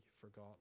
forgotten